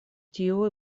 tiuj